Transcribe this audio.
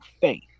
faith